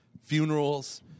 Funerals